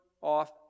off